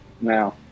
now